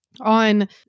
On